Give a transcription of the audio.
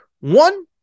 One